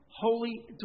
holy